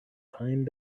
time